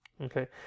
okay